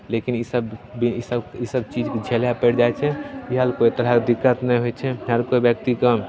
लेकिन ईसब ईसब चीज भी झेलै पड़ि जाइ छै इएह ले कोइ तरहके दिक्कत नहि होइ छै हर कोइ व्यक्तिके